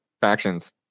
factions